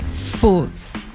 sports